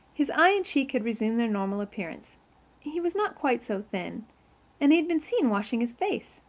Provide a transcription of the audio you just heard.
his eye and cheek had resumed their normal appearance he was not quite so thin and he had been seen washing his face.